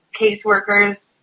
caseworkers